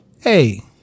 Hey